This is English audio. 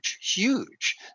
huge